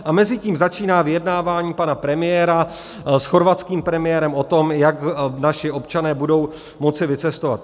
A mezitím začíná vyjednávání pana premiéra s chorvatským premiérem o tom, jak naši občané budou moci vycestovat.